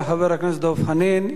תודה לחבר הכנסת דב חנין.